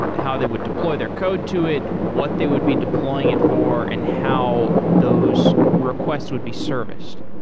and how they would deploy their code to it? what they would be deploying it for and how those requests would be serviced?